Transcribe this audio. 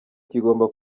kigomba